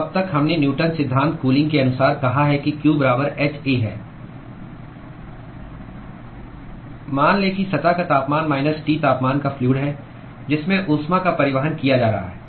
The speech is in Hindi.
तो अब तक हमने न्यूटन सिद्धांत कूलिंग के अनुसार कहा है कि q बराबर h A है मान लें कि सतह का तापमान माइनस T तापमान का फ्लूअड है जिसमें ऊष्मा का परिवहन किया जा रहा है